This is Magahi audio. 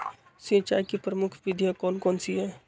सिंचाई की प्रमुख विधियां कौन कौन सी है?